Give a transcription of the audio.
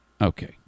Okay